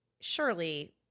surely